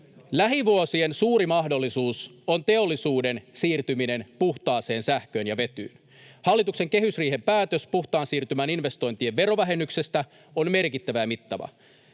Lähivuosien suuri mahdollisuus on teollisuuden siirtyminen puhtaaseen sähköön ja vetyyn. Hallituksen kehysriihen päätös puhtaan siirtymän investointien verovähennyksestä on merkittävä ja mittava.